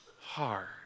hard